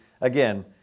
again